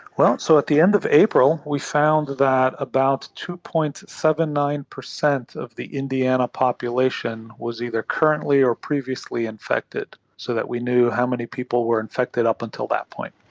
well, so at the end of april we found that about two. seventy nine percent of the indiana population was either currently or previously infected, so that we knew how many people were infected up until that point.